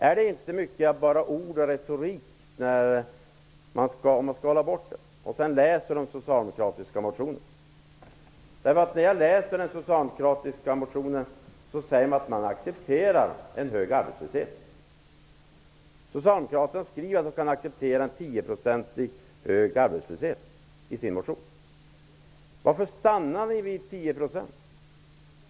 Är det inte bara ord och retorik i den socialdemokratiska motionen? När jag läser den ser jag att man accepterar en hög arbetslöshet. Socialdemokraterna skriver att de kan acceptera en 10-procentig arbetslöshet. Varför stannar ni vid 10 %?